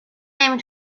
نمی